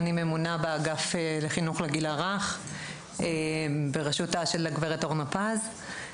אני ממונה באגף לחינוך לגיל הרך בראשותה של הגברת אורנה פז.